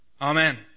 Amen